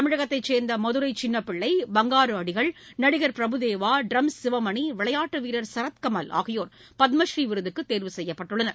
தமிழகத்தைச் சேர்ந்த மதுரை சின்னப்பிள்ளை பங்காரு அடிகளார் நடிகர் பிரபுதேவா ட்ரம்ஸ் சிவமணி விளையாட்டு வீரர் சரத் கமல் ஆகியோர் பத்மடுநீ விருதுக்கு தேர்வு செய்யப்பட்டுள்ளனர்